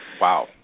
Wow